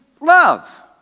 love